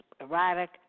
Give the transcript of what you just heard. erotic